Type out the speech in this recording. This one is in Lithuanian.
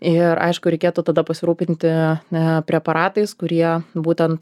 ir aišku reikėtų tada pasirūpinti preparatais kurie būtent